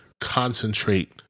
concentrate